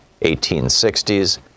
1860s